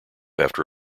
after